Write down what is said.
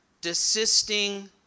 desisting